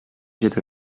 zat